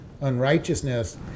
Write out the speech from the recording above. unrighteousness